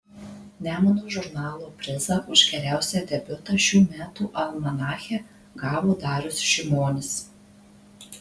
nemuno žurnalo prizą už geriausią debiutą šių metų almanache gavo darius šimonis